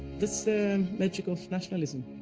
the magic of nationalism.